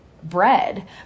bread